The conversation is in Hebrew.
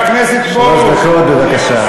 חבר הכנסת פרוש, שלוש דקות, בבקשה.